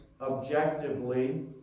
objectively